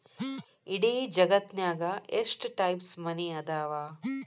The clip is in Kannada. ಇಡೇ ಜಗತ್ತ್ನ್ಯಾಗ ಎಷ್ಟ್ ಟೈಪ್ಸ್ ಮನಿ ಅದಾವ